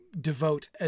devote